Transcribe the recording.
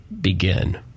begin